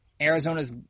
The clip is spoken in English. Arizona's